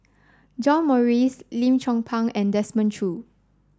John Morrice Lim Chong Pang and Desmond Choo